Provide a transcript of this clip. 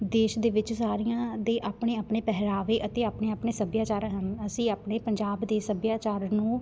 ਦੇਸ਼ ਦੇ ਵਿੱਚ ਸਾਰੀਆਂ ਦੇ ਆਪਣੇ ਆਪਣੇ ਪਹਿਰਾਵੇ ਅਤੇ ਆਪਣੇ ਆਪਣੇ ਸੱਭਿਆਚਾਰ ਹਨ ਅਸੀਂ ਆਪਣੇ ਪੰਜਾਬ ਦੇ ਸੱਭਿਆਚਾਰ ਨੂੰ